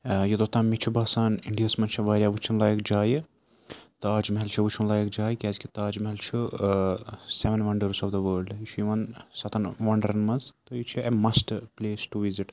یوٚتَتھ تام مےٚ چھُ باسان اِنڈیاہَس منٛز چھِ واریاہ وٕچھُن لایق جایہِ تاج محل چھِ وٕچھُن لایق جاے کیٛازِکہِ تاج محل چھُ seven wonders of the world یہِ چھُ یِوان سَتَن وَنڈرَن منٛز تہٕ یہِ چھُ a must place to visit